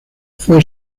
fue